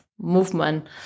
movement